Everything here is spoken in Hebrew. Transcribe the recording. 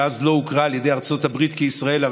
שאז לא הוכרה על ידי ארצות הברית כישראל אבל